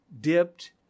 dipped